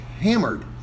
hammered